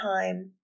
time